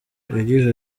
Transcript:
yagize